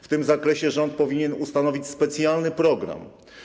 W tym zakresie rząd powinien ustanowić specjalny program.